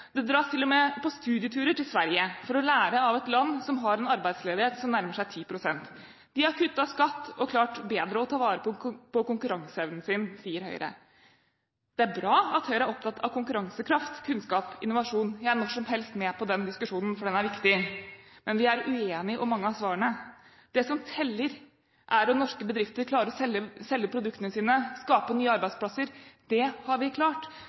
til og med på studieturer til Sverige for å lære av et land som har en arbeidsledighet som nærmer seg 10 pst. De har kuttet skatt og bedre klart å ta vare på konkurranseevnen sin, sier Høyre. Det er bra at Høyre er opptatt av konkurransekraft, kunnskap og innovasjon. Jeg er når som helst med på den diskusjonen, for den er viktig, men vi er uenige om mange av svarene. Det som teller, er om norske bedrifter klarer å selge produktene sine, skape nye arbeidsplasser. Det har vi klart,